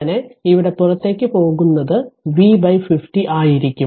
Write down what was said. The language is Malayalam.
അങ്ങനെ ഇവിടെ പുറത്തേക്കു പോകുന്നത് V 50 ആയിരിക്കും